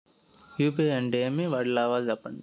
UPI అంటే ఏమి? వాటి లాభాల గురించి సెప్పండి?